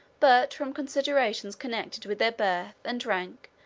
but from considerations connected with their birth, and rank,